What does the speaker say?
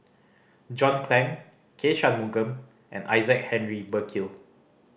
John Clang K Shanmugam and Isaac Henry Burkill